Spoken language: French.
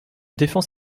défends